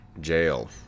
Jail